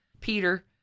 Peter